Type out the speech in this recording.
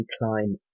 decline